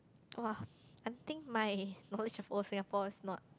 [wah] I think my knowledge of old Singapore is not